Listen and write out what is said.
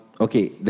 Okay